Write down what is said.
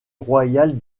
royale